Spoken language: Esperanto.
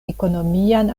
ekonomian